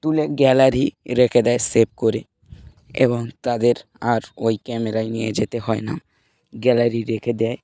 তুলে গ্যালারিতে রেখে দেয় সেভ করে এবং তাদের আর ওই ক্যামেরায় নিয়ে যেতে হয় না গ্যালারিতে রেখে দেয়